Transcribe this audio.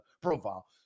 profile